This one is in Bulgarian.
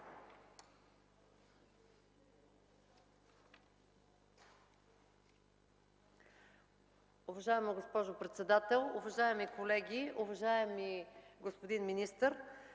Уважаема госпожо председател, уважаеми колеги! Уважаеми господин министър,